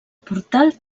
portal